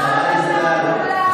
שרת התעמולה,